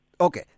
Okay